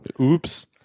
Oops